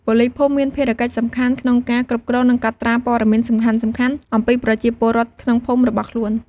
ប៉ូលីសភូមិមានភារកិច្ចសំខាន់ក្នុងការ គ្រប់គ្រង និងកត់ត្រាព័ត៌មានសំខាន់ៗ អំពីប្រជាពលរដ្ឋក្នុងភូមិរបស់ខ្លួន។